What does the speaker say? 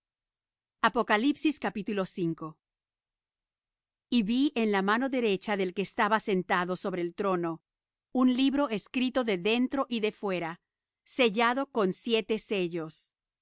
y fueron criadas y vi en la mano derecha del que estaba sentado sobre el trono un libro escrito de dentro y de fuera sellado con siete sellos